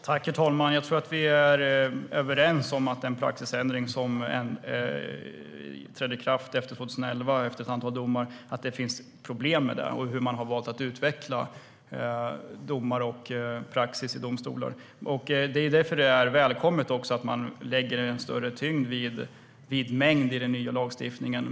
Herr talman! Jag tror att vi är överens om att det finns problem med den praxisändring som trädde i kraft efter 2011 efter ett antal domar och med hur man har valt att utveckla domar och praxis i domstolar. Därför är det välkommet att man lägger en större tyngd vid mängd i den nya lagstiftningen.